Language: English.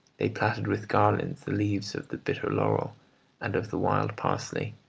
they plaited with garlands the leaves of the bitter laurel and of the wild parsley,